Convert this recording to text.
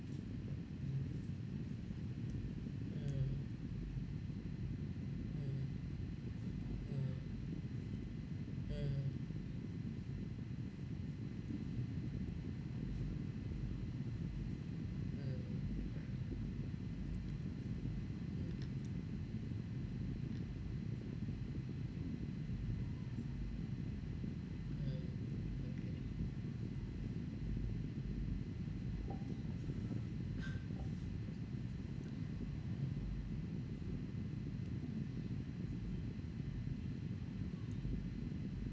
mmhmm mmhmm mm okay mm